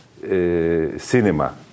cinema